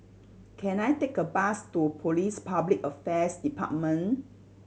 can I take a bus to Police Public Affairs Department